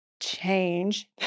change